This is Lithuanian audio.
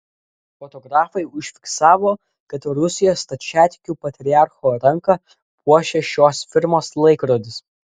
fotografai užfiksavo kad rusijos stačiatikių patriarcho ranką puošia šios firmos laikrodis